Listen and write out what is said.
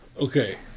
Okay